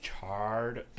charred